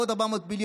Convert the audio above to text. עוד 400 מיליון.